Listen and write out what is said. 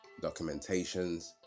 Documentations